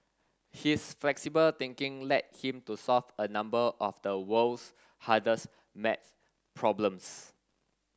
his flexible thinking led him to solve a number of the world's hardest maths problems